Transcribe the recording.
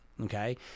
okay